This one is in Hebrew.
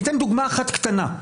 אתן דוגמה אחת קטנה,